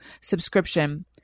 subscription